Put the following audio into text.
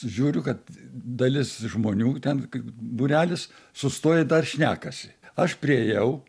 žiūriu kad dalis žmonių ten būrelis sustoję dar šnekasi aš priėjau